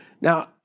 Now